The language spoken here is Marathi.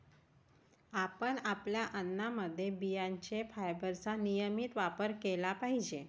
आपण आपल्या अन्नामध्ये बियांचे फायबरचा नियमित वापर केला पाहिजे